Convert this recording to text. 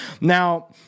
now